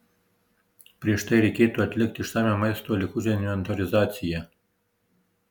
prieš tai reikėtų atlikti išsamią maisto likučių inventorizacija